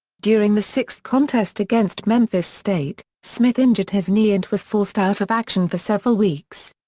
during the sixth contest against memphis state, smith injured his knee and was forced out of action for several weeks.